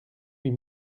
huit